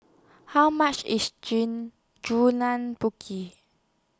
How much IS Jean Julan Putih